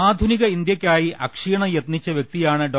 ആധുനിക ഇന്ത്യക്കായി അക്ഷീണം യത്നിച്ച വ്യക്തിയാണ് ഡോ